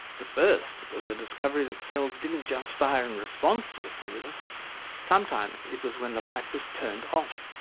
the first was the discovery that its cells didn't just fire in response to a stimulus sometimes it was when the light was turned off.